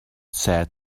said